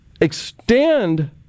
extend